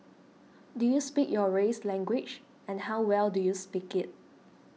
do you speak your race's language and how well do you speak it